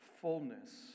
fullness